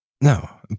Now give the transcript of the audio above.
No